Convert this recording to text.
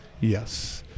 Yes